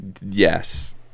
Yes